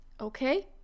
okay